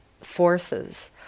forces